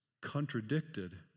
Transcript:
contradicted